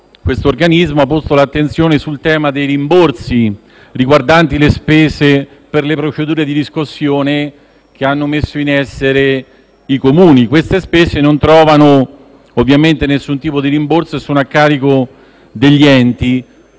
questo organismo ha posto l'attenzione sul tema dei rimborsi riguardanti le spese per le procedure di riscossione che hanno messo in essere i Comuni. Queste spese non trovano alcun tipo di rimborso e sono a carico degli enti.